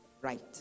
right